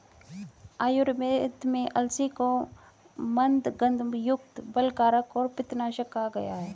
आयुर्वेद में अलसी को मन्दगंधयुक्त, बलकारक और पित्तनाशक कहा गया है